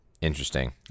Interesting